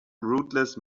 rootless